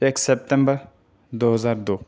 ایک سیپتمبر دو ہزار دو